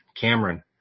Cameron